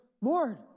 Lord